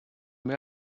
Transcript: mehr